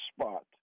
spot